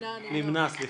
הסעיף